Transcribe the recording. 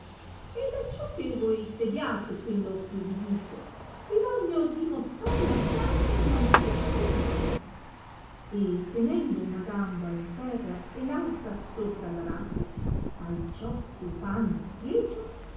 giglio ed acciò che voi crediate quello ch'io vi dico vi voglio dimostrar la piaga non ancor saldata e tenendo una gamba in terra e r altra sopra la rata al cio si e panni di dietro